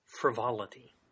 frivolity